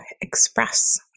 express